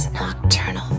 Nocturnal